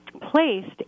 placed